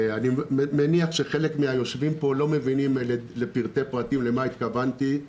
אני מניח שחלק מן היושבים פה לא מבינים לפרטי פרטים למה התכוונתי.